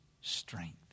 strength